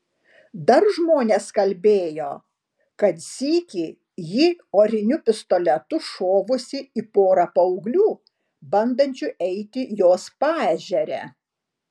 dar žmonės kalbėjo kad sykį ji oriniu pistoletu šovusi į porą paauglių bandančių eiti jos paežere